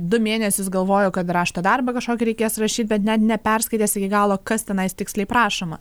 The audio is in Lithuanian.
du mėnesius galvoju kad rašto darbą kažkokį reikės rašyt bet net neperskaitęs iki galo kas tenais tiksliai prašoma